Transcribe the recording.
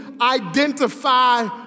identify